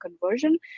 conversion